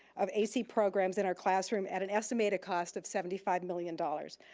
of ac programs in our classroom at an estimated cost of seventy five million dollars.